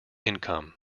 income